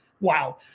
wow